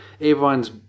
Everyone's